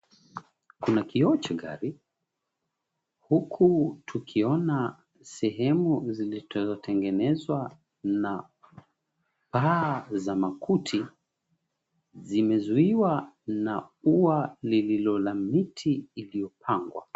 Kuna kioo cha gari, huku tukiona sehemu zilizotengenezwa na paa za makuti, zimezuiwa na ua lililo la miti iliyopangwa.